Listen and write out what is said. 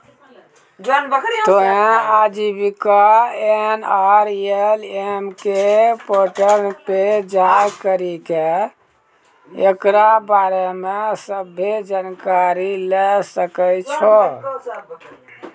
तोहें आजीविका एन.आर.एल.एम के पोर्टल पे जाय करि के एकरा बारे मे सभ्भे जानकारी लै सकै छो